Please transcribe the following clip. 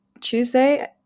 Tuesday